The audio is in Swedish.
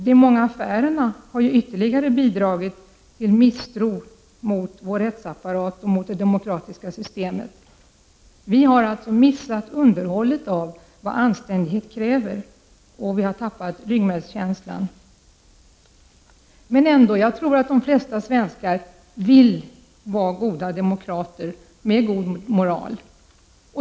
De många affärerna har ytterligare bidragit till misstron mot vår rättsapparat och vårt demokratiska system. Vi har missat underhållet av vad anständighet kräver och vi har tappat ryggmärgskänslan. De flesta svenskar vill nog vara goda demokrater med god moral.